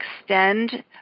extend